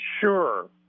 sure